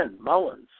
Mullins